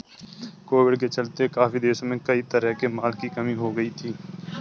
Covid के चलते काफी देशों में कई तरह के माल की कमी हो गई थी